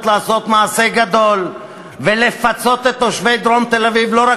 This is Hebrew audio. לעשות מעשה גדול ולפצות את תושבי דרום תל-אביב לא רק